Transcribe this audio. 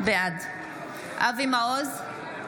בעד אבי מעוז,